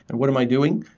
and what am i doing?